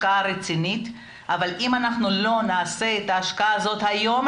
רצינית אבל אם אנחנו לא נעשה את ההשקעה הזאת היום,